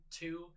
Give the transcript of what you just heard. two